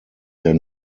der